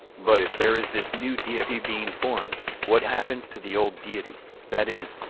but if there is this new deity being formed, what happens to the old deity, that is,